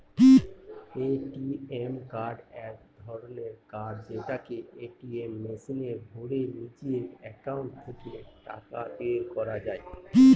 ATM card এক ধরনের card যেটাকে এটিএম মেশিনে ভোরে নিজের একাউন্ট থেকে টাকা বের করা যায়